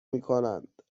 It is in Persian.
میکنند